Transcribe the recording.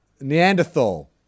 Neanderthal